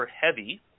Heavy